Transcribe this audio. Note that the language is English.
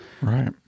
right